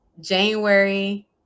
January